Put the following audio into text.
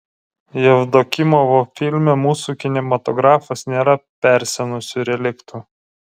jevdokimovo filme mūsų kinematografas nėra persenusiu reliktu